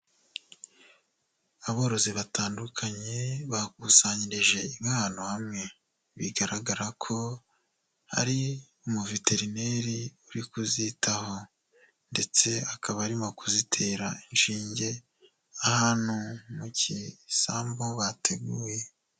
Aborozi batandukanye bakusanyirije inka ahantu hamwe, bigaragara ko ari umuveterineri uri kuzitaho ndetse akaba arimo kuzitera inshinge ahantu mu gisambu bateguye.